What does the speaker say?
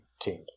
team